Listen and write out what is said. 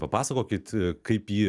papasakokit kaip ji